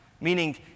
meaning